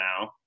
now